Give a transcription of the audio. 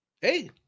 Hey